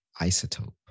Isotope